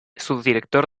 subdirector